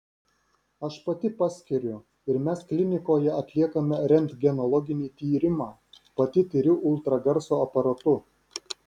aš pati paskiriu ir mes klinikoje atliekame rentgenologinį tyrimą pati tiriu ultragarso aparatu